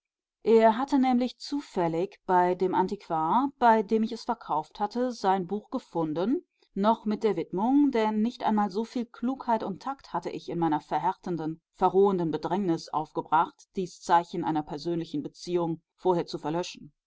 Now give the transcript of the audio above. er hatte nämlich zufällig bei dem antiquar bei dem ich es verkauft hatte sein buch gefunden noch mit der widmung denn nicht einmal soviel klugheit und takt hatte ich in meiner verhärtenden verrohenden bedrängnis aufgebracht dies zeichen einer persönlichen beziehung vorher zu verlöschen